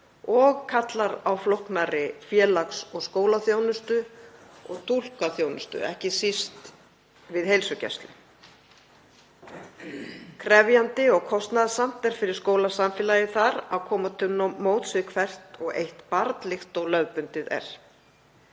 og kallar á flóknari félags- og skólaþjónustu og túlkaþjónustu, ekki síst við heilsugæslu. Krefjandi og kostnaðarsamt er fyrir skólasamfélagið þar að koma til móts við hvert og eitt barn líkt og lögbundið er.